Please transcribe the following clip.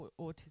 Autism